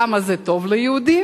למה זה טוב ליהודים?